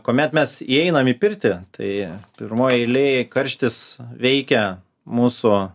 kuomet mes įeinam į pirtį tai pirmoj eilėj karštis veikia mūsų